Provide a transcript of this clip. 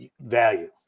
value